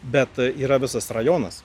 bet yra visas rajonas